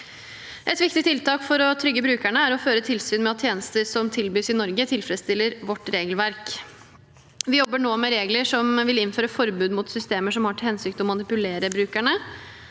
Et viktig tiltak for å trygge brukerne er å føre tilsyn med at tjenester som tilbys i Norge, tilfredsstiller vårt regelverk. Vi jobber nå med regler som vil innføre forbud mot systemer som har til hensikt å manipulere brukerne.